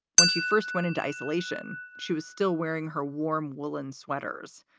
when she first went into isolation, she was still wearing her warm woolen sweaters.